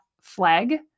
flag